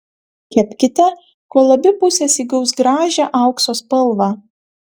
kepkite kol abi pusės įgaus gražią aukso spalvą